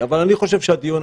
מה אנחנו מצפים שהם יעשו?